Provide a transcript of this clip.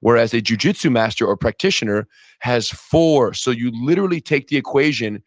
whereas a jujitsu master or practitioner has four, so you literally take the equation.